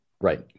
Right